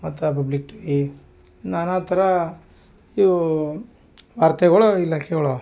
ಮತ್ತು ಆ public TV ನಾನಾ ಥರ ಇವೂ ವಾರ್ತೆಗಳೊ ಇಲಾಖೆಗಳೊ